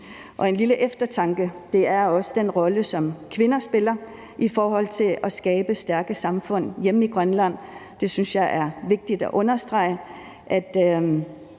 der en lille eftertanke: Det er også den rolle, som kvinder spiller i forhold til at skabe stærke samfund hjemme i Grønland. Jeg synes, det er vigtigt at understrege, at